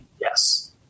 Yes